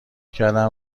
کردم